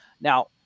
Now